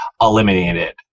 eliminated